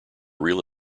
real